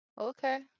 Okay